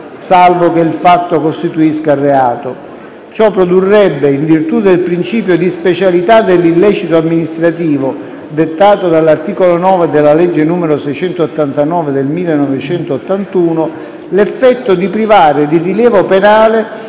(*salvo che il fatto costituisca reato*). Ciò produrrebbe, in virtù del principio di specialità dell'illecito amministrativo dettato dall'articolo 9 della legge n. 689 del 1981, l'effetto di privare di rilievo penale